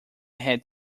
had